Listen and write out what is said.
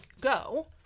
go